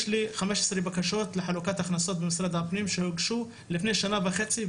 יש לי 15 בקשות לחלוקת הכנסות במשרד הפנים שהוגשו לפני שנה וחצי,